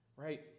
Right